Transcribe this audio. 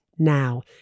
Now